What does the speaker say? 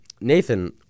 Nathan